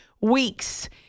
weeks